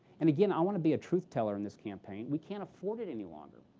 and, again, i want to be a truth teller in this campaign. we can't afford it any longer.